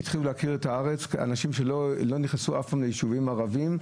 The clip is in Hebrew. התחילו להכיר את הארץ אנשים שלא נכנסו אף פעם ליישובים ערביים.